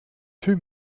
two